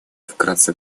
вкратце